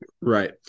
Right